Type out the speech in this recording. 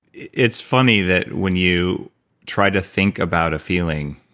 it's funny that when you tried to think about a feeling,